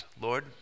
Lord